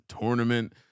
Tournament